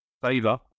Favor